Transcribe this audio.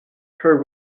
her